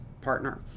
partner